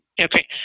Okay